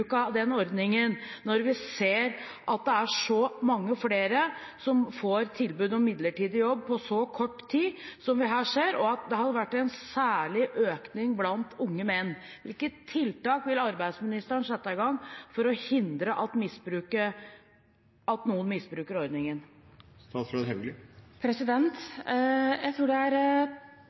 av ordningen, når det er så mange flere som får tilbud om midlertidig jobb på så kort tid som vi her ser, og at det har vært en særlig økning blant unge menn? Hvilke tiltak vil arbeidsministeren sette i verk for å hindre at noen misbruker ordningen? Jeg tror det er